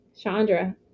Chandra